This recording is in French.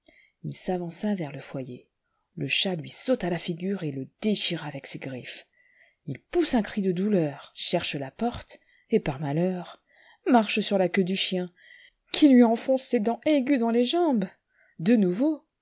il s'avança vers le foyer le chat lui saute à la figure etle déchire avec ses griffes il pousse un cri de douleur cherche la porte et par malheur marche sur la queue du chien qui lui enfonce ses dents aiguës dans les jambes de nouveau